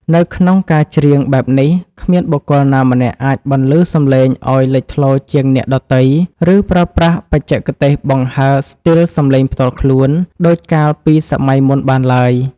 នៅក្នុងការច្រៀងបែបនេះ គ្មានបុគ្គលណាម្នាក់អាចបន្លឺសំឡេងឱ្យលេចធ្លោជាងអ្នកដទៃ ឬប្រើប្រាស់បច្ចេកទេសបង្ហើរស្ទីលសម្លេងផ្ទាល់ខ្លួន ដូចកាលពីសម័យមុនបានឡើយ។